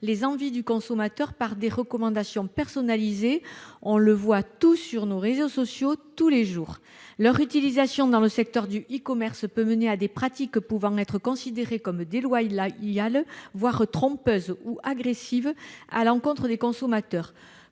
les envies du consommateur par des recommandations personnalisées. On le voit tous les jours sur les réseaux sociaux. L'utilisation des algorithmes dans le secteur du e-commerce peut mener à des pratiques pouvant être considérées comme déloyales, voire trompeuses ou agressives, à l'encontre des consommateurs.